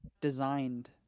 Designed